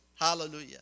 Hallelujah